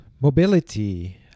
mobility